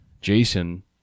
Jason